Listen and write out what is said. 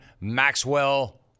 Maxwell